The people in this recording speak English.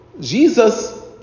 Jesus